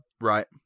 Right